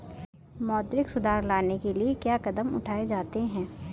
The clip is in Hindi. मौद्रिक सुधार लाने के लिए क्या कदम उठाए जाते हैं